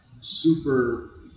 super